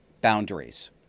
boundaries